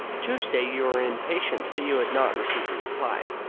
tuesday you were impatient that you had not received a reply.